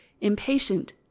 impatient